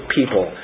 people